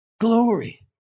glory